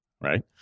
right